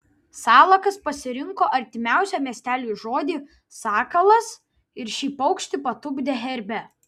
salakas pasirinko artimiausią miesteliui žodį sakalas ir šį paukštį patupdė herbe